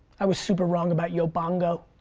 i was super wrong about yobongo.